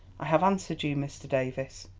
i have answered you, mr. davies.